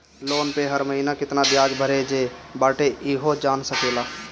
loan पअ हर महिना केतना बियाज भरे जे बाटे इहो जान सकेला